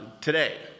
Today